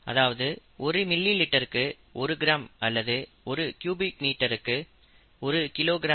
அதாவது ஒரு மில்லி லிட்டருக்கு ஒரு கிராம் அல்லது ஒரு க்யூபிக் மீட்டருக்கு 103 கிலோகிராம்